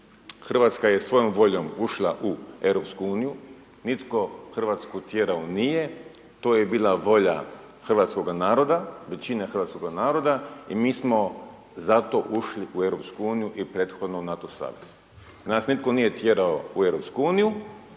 Hrvatska je svojom voljom ušla u EU, nitko Hrvatsku tjerao nije to je bila volja hrvatskoga naroda, većine hrvatskoga naroda i mi smo za to ušli u EU i prethodno u NATO savez. Nas nitko nije tjerao u EU